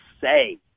say